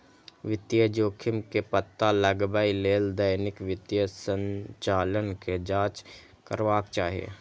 वित्तीय जोखिम के पता लगबै लेल दैनिक वित्तीय संचालन के जांच करबाक चाही